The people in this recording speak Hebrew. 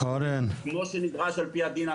כמו שנדרש על פי דין.